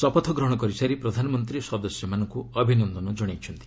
ଶପଥଗ୍ରହଣ କରିସାରି ପ୍ରଧାନମନ୍ତ୍ରୀ ସଦସ୍ୟମାନଙ୍କୁ ଅଭିନନ୍ଦନ ଜଣାଇଛନ୍ତି